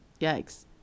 yikes